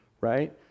right